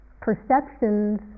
perceptions